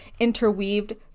interweaved